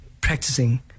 practicing